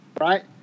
right